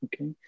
okay